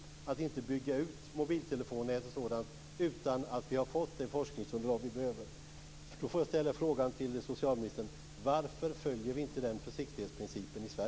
Den innebär att vi inte ska bygga ut mobiltelefonnät och sådant utan att ha fått det forskningsunderlag som vi behöver.